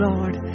Lord